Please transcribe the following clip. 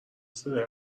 صدای